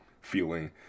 feeling